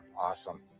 awesome